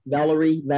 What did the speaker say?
Valerie